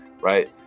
right